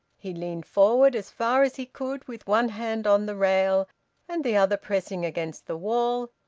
he leaned forward as far as he could with one hand on the rail and the other pressing against the wall,